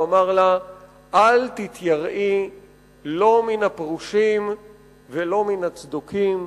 אל תתייראי לא מן הפרושים ולא מן הצדוקים,